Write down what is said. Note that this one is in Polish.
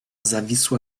zawisła